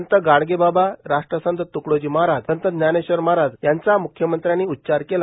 संत गाडगेबाबाल राष्ट्रसंत तकडोजी महाराष्ट्रल संत ज्ञानेश्वर महाराज यांचा मुख्यमंत्र्यानी उच्चार केला